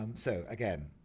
um so again,